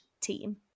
team